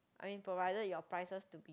I mean provided your prices to be